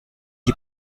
die